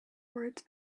words